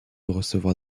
recevoir